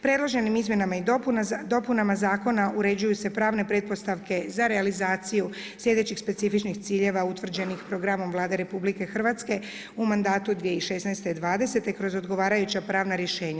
Predloženim izmjenama i dopunama zakona, uređuju se pravne pretpostavke za realizaciju, sljedećih specifičnih ciljeva, utvrđenih programom Vlade RH u mandatu 2016, 2020, kroz odgovarajuća pravna rješenja.